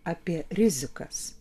apie rizikas